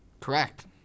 Correct